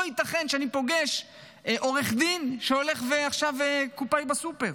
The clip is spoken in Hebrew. לא ייתכן שאני פוגש עורך דין שעכשיו קופאי בסופר